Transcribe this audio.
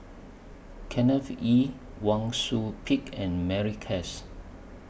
Kenneth Kee Wang Sui Pick and Mary Klass